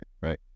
right